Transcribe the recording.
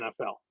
NFL